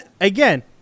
Again